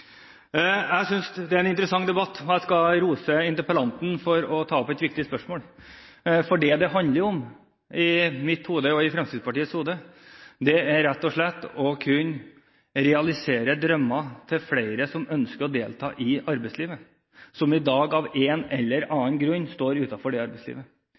Jeg synes det er en interessant debatt, og jeg vil rose interpellanten for å ta opp et viktig spørsmål. Det det handler om i mitt hode – og for Fremskrittspartiet – er rett og slett å kunne realisere drømmer til flere av dem som ønsker å delta i arbeidslivet, som i dag av en eller annen grunn står utenfor det arbeidslivet.